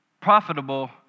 profitable